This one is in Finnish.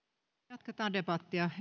jatketaan debattia